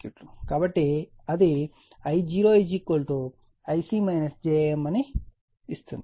కాబట్టి అది I0 Ic j Im ను ఇస్తుంది